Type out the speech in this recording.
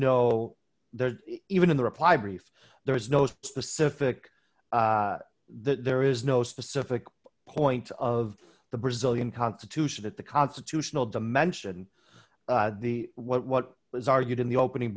no there's even in the reply brief there is no specific there is no specific point of the brazilian constitution that the constitutional dimension the what what was argued in the opening